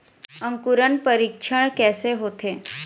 अंकुरण परीक्षण कैसे होथे?